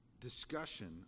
discussion